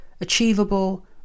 achievable